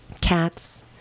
cats